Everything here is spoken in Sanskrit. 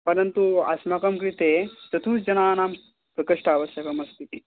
परन्तु अस्माकं कृते चतुर्जनानां प्रकोष्ठः आवश्यकः अस्ति इति